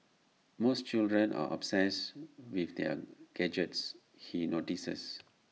most children are obsessed with their gadgets he notices